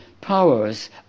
Powers